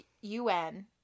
UN